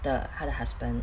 the 他的 husband